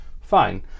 Fine